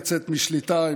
לצאת משליטה,